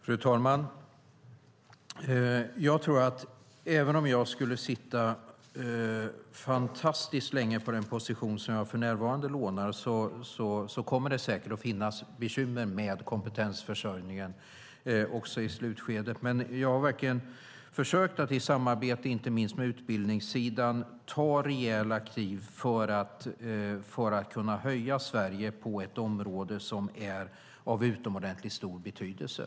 Fru talman! Även om jag skulle sitta fantastiskt länge i den position som jag för närvarande lånar kommer det säkert att finnas bekymmer med kompetensförsörjningen också i framtiden. Jag har verkligen försökt att i samarbete inte minst med utbildningssidan ta rejäla kliv för att kunna höja Sverige på ett område som är av utomordentligt stor betydelse.